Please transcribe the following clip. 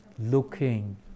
looking